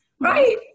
Right